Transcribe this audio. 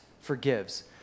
forgives